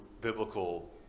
biblical